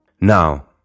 Now